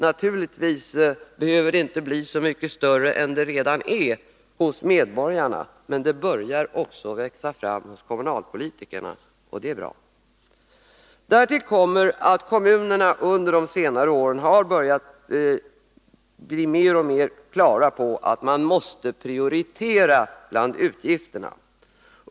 Naturligtvis behöver det inte bli så mycket större än det redan är hos medborgarna, men det börjar också växa fram hos kommunalpolitikerna, och det är bra. Därtill kommer att kommunerna under senare år har börjat bli mer och mer på det klara med att man måste prioritera bland utgifterna.